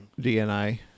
DNA